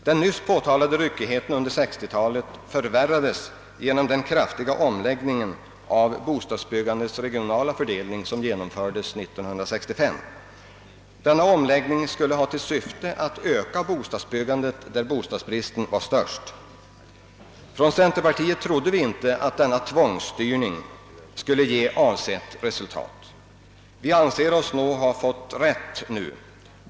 Den nyss påtalade ryckigheten under 1960-talet förvärrades genom den kraftiga omläggningen av bostadsbyggandets regionala fördelning som genomfördes 1965. Denna omläggning skulle ha till syfte att öka bostadsbyggandet där bostadsbristen var störst. Inom centerpartiet trodde vi inte att denna tvångsstyrning skulle ge avsett resultat. Vi anser oss nu ha fått rätt.